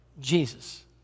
Jesus